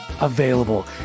available